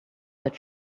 that